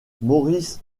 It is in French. maurice